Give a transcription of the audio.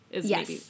Yes